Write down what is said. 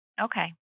Okay